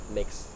makes